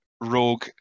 Rogue